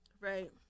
right